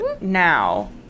now